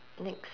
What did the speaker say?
next